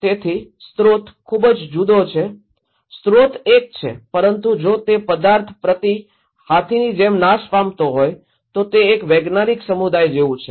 તેથી સ્રોત ખૂબ જ જુદો છે સ્રોત એક છે પરંતુ જો તે પદાર્થ પ્રતિ હાથીની જેમ નાશ પામતો હોય તો તે એક વૈજ્ઞાનિક સમુદાય જેવું છે